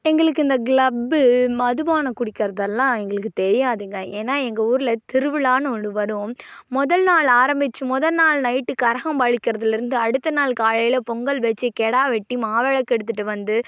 எங்களுக்கு இந்த க்ளப்பு மதுபானம் குடிக்கிறதெல்லாம் எங்களுக்கு தெரியாதுங்க ஏன்னா எங்கள் ஊரில் திருவிழானு ஒன்று வரும் முதல் நாள் ஆரமித்து முத நாள் நைட்டு கரகம் அடிக்கிறதுலருந்து அடுத்த நாள் காலையில் பொங்கல் வச்சி கிடா வெட்டி மாவிளக்கு எடுத்துட்டு வந்து